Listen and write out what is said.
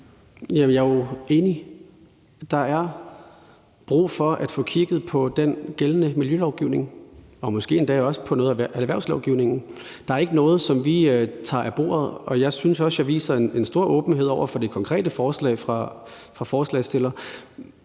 jeg er jo enig. Der er brug for at få kigget på den gældende miljølovgivning og måske endda også på noget af erhvervslovgivningen. Der er ikke noget, vi tager af bordet, og jeg synes også, at jeg viser en stor åbenhed over for det konkrete forslag fra forslagsstilleren,